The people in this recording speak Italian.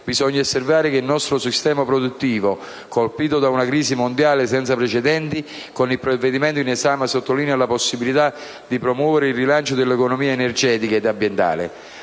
Bisogna osservare che il nostro sistema produttivo, colpito da una crisi mondiale senza precedenti, con il provvedimento in esame sottolinea la possibilità di promuovere il rilancio dell'economia energetica ed ambientale.